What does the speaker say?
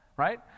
right